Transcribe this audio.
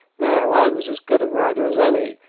now, i was as good a rider as any,